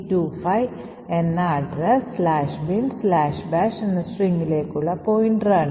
0xbffbffe25 എന്ന address "binbash" എന്ന സ്ട്രിംഗിലേക്കുള്ള പോയിന്ററാണ്